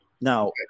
Now